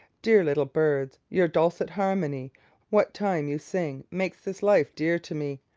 dear little birds, your dulcet harmony what time you sing makes this life dear to me.